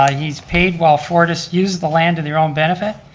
um he's paid while fortis used the land to their own benefit,